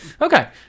okay